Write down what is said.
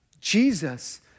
Jesus